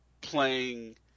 playing